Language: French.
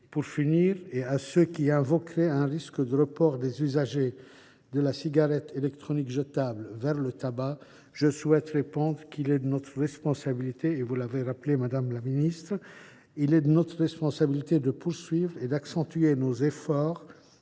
Pour finir, à ceux qui invoqueraient un risque de report des usagers de la cigarette électronique jetable vers le tabac, je souhaite répondre qu’il est de notre responsabilité – vous l’avez rappelé, madame la ministre – de poursuivre et d’accentuer nos efforts